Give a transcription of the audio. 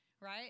right